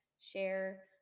share